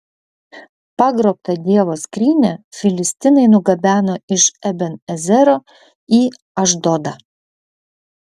pagrobtą dievo skrynią filistinai nugabeno iš eben ezero į ašdodą